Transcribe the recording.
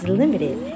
limited